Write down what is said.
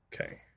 Okay